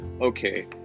okay